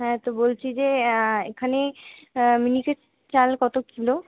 হ্যাঁ তো বলছি যে এখানে মিনিকেট চাল কত কিলো